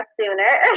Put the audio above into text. sooner